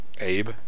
Abe